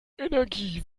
energie